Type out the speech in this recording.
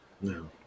No